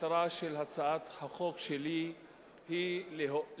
המטרה של הצעת החוק שלי היא לעודד